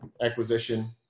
acquisition